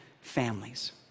families